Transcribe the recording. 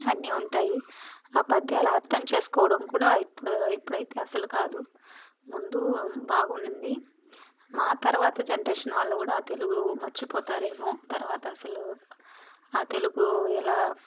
అన్నీ ఉంటాయి ఆ పద్యాలు అర్ధం చేసుకోవడం కూడా ఇప్పుడు ఇప్పుడైతే అస్సలు కాదు ముందు బాగుండింది మాతర్వాత జెనెరేషన్ వాల్లు కూడా తెలుగు మర్చిపోతారేమో తర్వాతసలు ఆ తెలుగు ఎలా